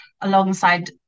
alongside